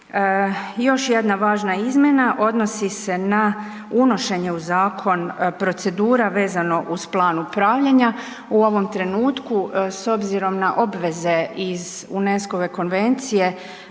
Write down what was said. Još jedna važna izmjena odnosi se na unošenje u zakon procedura vezano uz plan upravljanja. U ovom trenutku s obzirom na obveze UNESCO-ove konvencije,